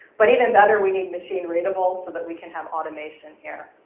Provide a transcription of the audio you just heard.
but even better, we need machine readable so that we can have automation here.